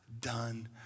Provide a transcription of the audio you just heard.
done